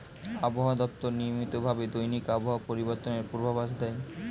আবহাওয়া দপ্তর নিয়মিত ভাবে দৈনিক আবহাওয়া পরিবর্তনের পূর্বাভাস দেয়